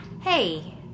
Hey